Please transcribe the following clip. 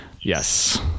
yes